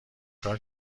کار